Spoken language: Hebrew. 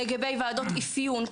לגבי ועדות אפיון,